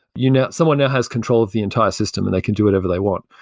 you know someone now has control of the entire system and they can do whatever they want.